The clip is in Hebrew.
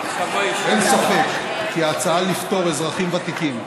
אין ספק כי ההצעה לפטור אזרחים ותיקים,